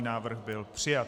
Návrh byl přijat.